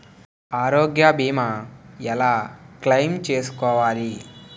ఆరోగ్య భీమా ఎలా క్లైమ్ చేసుకోవాలి?